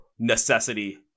necessity